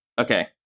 Okay